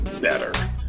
better